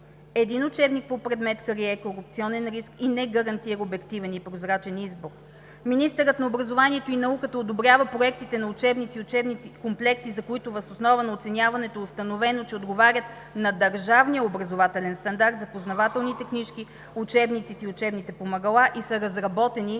един учебник по предмет крие корупционен риск и не гарантира обективен и прозрачен избор. Министърът на образованието и науката одобрява проектите на учебници и учебни комплекти, за които въз основа на оценяването е установено, че отговарят на държавния образователен стандарт за познавателните книжки, учебниците и учебните помагала и са разработени